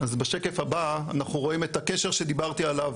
אז בשקף הבא אנחנו רואים את הקשר שדיברתי עליו,